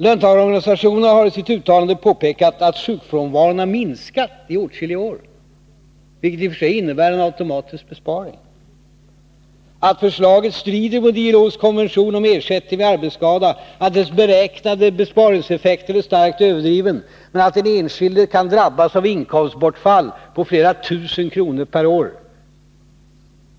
Löntagarorganisationerna har i sitt uttalande påpekat att sjukfrånvaron har minskat i flera år, vilket i och för sig innebär en automatisk besparing, att förslaget strider mot ILO:s konvention om ersättning vid arbetsskada, att dess beräknade besparingseffekt är starkt överdriven, men att den enskilde kan drabbas av inkomstbortfall på flera tusen kronor per år,